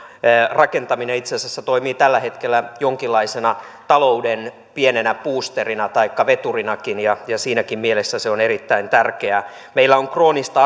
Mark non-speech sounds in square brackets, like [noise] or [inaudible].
rakentaminen itse asiassa toimii tällä hetkellä jonkinlaisena talouden pienenä buusterina taikka veturinakin ja ja siinäkin mielessä se on erittäin tärkeää meillä on kroonista [unintelligible]